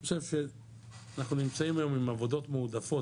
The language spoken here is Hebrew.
אני חושב שאנחנו נמצאים היום עם עבודות מועדפות,